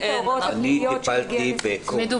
כרגע צריך תיקון חקיקה כדי לתקן את הדברים האלה.